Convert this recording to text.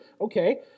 okay